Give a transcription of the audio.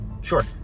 Sure